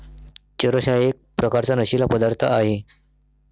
चरस हा एक प्रकारचा नशीला पदार्थ आहे